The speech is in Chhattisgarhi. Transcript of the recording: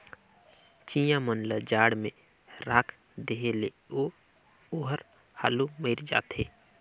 चिंया मन ल जाड़ में राख देहे ले तो ओहर हालु मइर जाथे